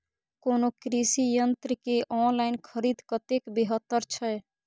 कोनो कृषि यंत्र के ऑनलाइन खरीद कतेक बेहतर छै?